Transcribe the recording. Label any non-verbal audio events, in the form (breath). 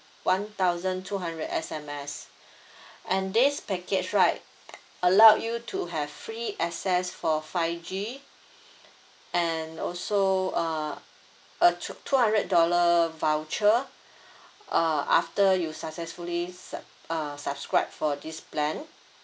one thousand two hundred S_M_S (breath) and this package right allow you to have free access for five G (breath) and also uh uh two two hundred dollar voucher (breath) uh after you successfully sub uh subscribe for this plan